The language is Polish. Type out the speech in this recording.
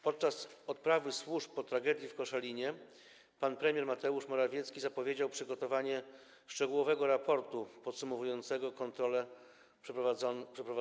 Podczas odprawy służb po tragedii w Koszalinie pan premier Mateusz Morawiecki zapowiedział przygotowanie szczegółowego raportu podsumowującego kontrole przeprowadzone w escape roomach.